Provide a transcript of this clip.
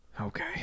Okay